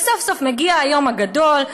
סוף-סוף מגיע היום הגדול.